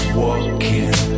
walking